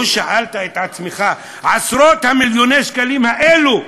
לא שאלת את עצמך: עשרות-מיליוני השקלים האלה,